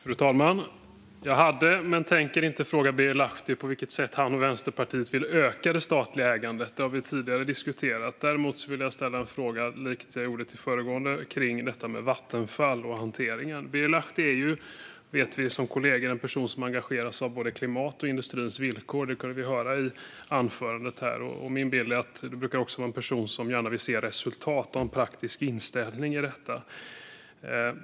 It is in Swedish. Fru talman! Jag hade tänkt fråga Birger Lahti på vilket sätt han och Vänsterpartiet vill öka det statliga ägandet, men jag tänker inte göra det. Vi har diskuterat det tidigare. Däremot vill jag ställa en fråga lik den jag ställde tidigare, nämligen om Vattenfall och den hanteringen. Vi vet ju att Birger Lahti som kollega är en person som engageras av både klimatet och industrins villkor - det kunde vi höra i hans anförande - och min bild är att han även brukar vara en person som gärna vill se resultat och en praktisk inställning i detta.